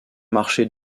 marcher